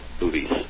movies